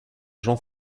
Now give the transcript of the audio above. jean